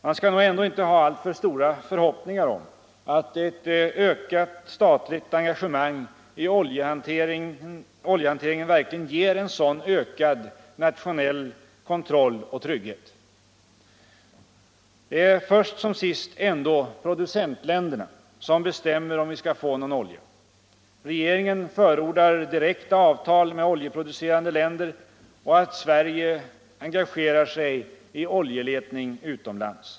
Man skall nog ändå inte ha alltför stora förhoppningar om att ett ökat statligt engagemang i oljehanteringen verkligen ger en sådan ökad nationell kontroll och trygghet. Det är först som sist ändå producentländerna som bestämmer om vi skall få någon olja. Regeringen förordar direkta avtal med oljeproducerande länder och att Sverige engagerar sig i oljeletning utomlands.